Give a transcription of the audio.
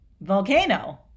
volcano